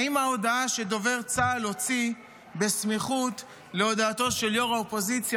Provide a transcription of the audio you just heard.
האם ההודעה שדובר צה"ל הוציא בסמיכות להודעתו של יו"ר האופוזיציה,